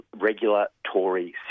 regulatory